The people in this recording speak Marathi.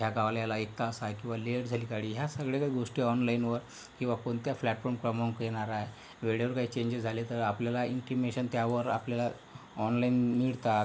या गावाला यायला एक तास आहे किंवा लेट झाली गाडी ह्या सगळ्या ज्या गोष्टी ऑनलाईनवर किंवा कोणत्या फ्लॅटफॉर्म क्रमांकवर येणार आहे वेळेवर काही चेंजेस झाले तर आपल्याला इंटिमेशन त्यावर आपल्याला ऑनलाईन मिळतात